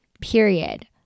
period